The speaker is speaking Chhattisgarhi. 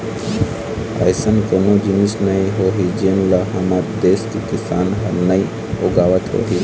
अइसन कोनो जिनिस नइ होही जेन ल हमर देस के किसान ह नइ उगावत होही